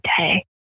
day